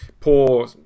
poor